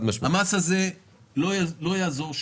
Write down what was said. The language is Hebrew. המס הזה לא יעזור,